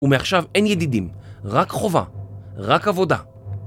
ומעכשיו אין ידידים, רק חובה, רק עבודה.